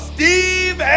Steve